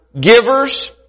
givers